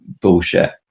bullshit